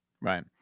Right